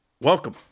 Welcome